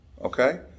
Okay